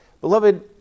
Beloved